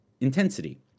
intensity